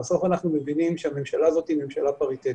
בסוף אנחנו מבינים שהממשלה הזאת היא ממשלה פריטטית,